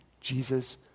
Jesus